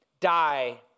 die